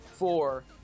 four